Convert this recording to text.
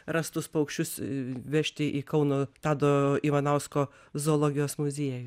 rastus paukščius vežti į kauno tado ivanausko zoologijos muziejų